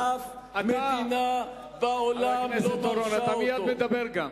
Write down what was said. דבר שאף מדינה בעולם לא דרשה אותו.